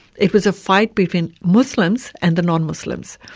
it was a fight between muslims and the non-muslims.